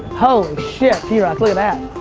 holy shit, drock, look at that.